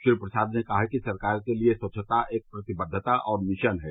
श्री प्रसाद ने कहा कि सरकार के लिए स्वच्छता एक प्रतिबद्वता और मिशन है